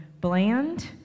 bland